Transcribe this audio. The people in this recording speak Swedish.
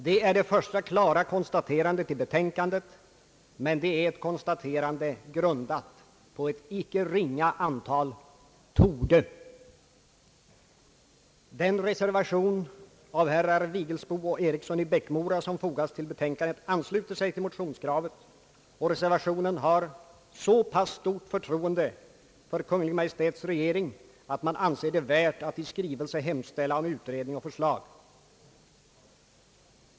Det är det första klara konstaterandet i betänkandet, men det är ett konstaterande grundat på ett icke ringa antal »torde». Den reservation av herrar Vigelsbo och Eriksson i Bäckmora som fogats till betänkandet ansluter sig till motionskravet, och reservanterna har så pass stort förtroende för Kungl. Maj:t att de anser det värt att i skrivelse hemställa om utredning och förslag. Herr talman!